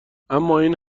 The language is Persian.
امااین